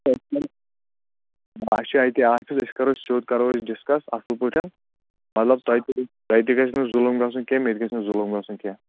آ اَسہِ چھُ اَتہِ آفِس أسۍ کرو سیوٚد کرو أسۍ ڈِسکَس اَصٕل پٲٹھۍ مطلب توہہِ تہِ گژھِ تۄہہِ تہِ گژھِ نہٕ ظُلم گژھُن کیٚنہہ مےٚ تہِ گژھِ نہٕ ظُلم گژھُن کیٚنہہ